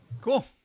Cool